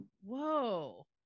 Whoa